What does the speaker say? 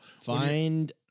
Find